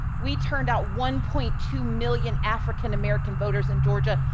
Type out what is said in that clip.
we turned out one point two million african american voters in georgia.